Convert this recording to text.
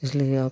इसलिए आप